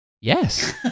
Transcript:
yes